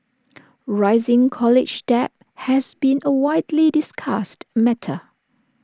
rising college debt has been A widely discussed matter